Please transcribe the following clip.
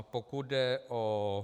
Pokud jde o...